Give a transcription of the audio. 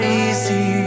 easy